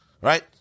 Right